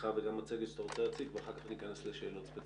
פתיחה וגם מצגת שאתה רוצה להציג ואחר כך ניכנס לשאלות ספציפיות.